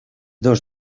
dos